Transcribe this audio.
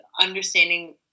understanding